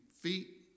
feet